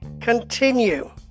continue